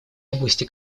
области